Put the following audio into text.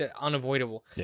unavoidable